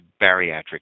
bariatric